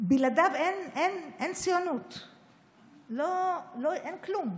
שבלעדיו אין ציונות, אין כלום.